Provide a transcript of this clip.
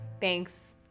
Thanks